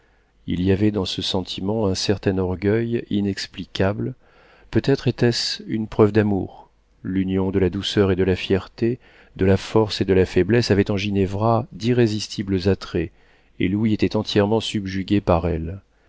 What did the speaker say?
il y avait dans ce sentiment un certain orgueil inexplicable peut-être était-ce une preuve d'amour l'union de la douceur et de la fierté de la force et de la faiblesse avait en ginevra d'irrésistibles attraits et louis était entièrement subjugué par elle